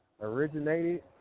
originated